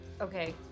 Okay